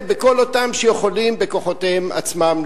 בכל אותם אלה שיכולים להסתדר בכוחות עצמם.